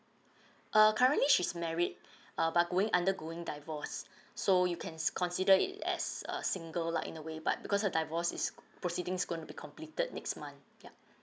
err currently she's married err but going undergoing divorce so you can consider it as a single lah in a way but because the divorce is proceeding is gonna be completed next month yup